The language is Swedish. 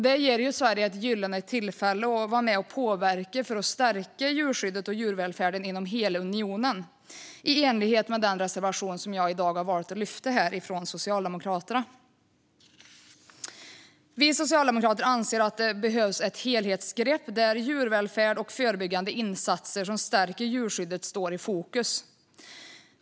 Det ger Sverige ett gyllene tillfälle att vara med och påverka när det gäller att stärka djurskyddet och djurvälfärden inom hela unionen i enlighet med den reservation från Socialdemokraterna som jag i dag har valt att lyfta fram. Vi socialdemokrater anser att det behövs ett helhetsgrepp där djurvälfärd och förebyggande insatser som stärker djurskyddet står i fokus.